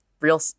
real